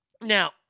Now